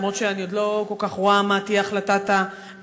למרות שאני עוד לא כל כך רואה מה תהיה החלטת בג"ץ,